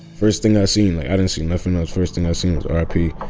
first thing i seen like, i didn't see nothing else. first thing i seen was r i p.